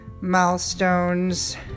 milestones